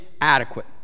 adequate